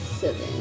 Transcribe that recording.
Seven